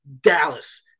Dallas